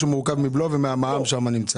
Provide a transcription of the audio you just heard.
שמורכב מבלו והמע"מ שם נמצא.